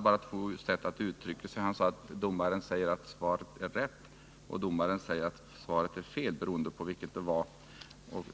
bara hade två olika sätt att uttrycka sig på. Antingen sade han: Domaren säger att svaret är rätt. Eller också sade han:Domaren säger att svaret är fel. Det berodde på vilket det var.